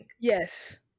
yes